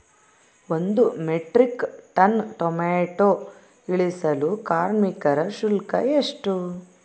ಒಂದು metric ton tomato ಇಳಿಸಲು ಕಾರ್ಮಿಕರ ಶುಲ್ಕ ಎಷ್ಟು?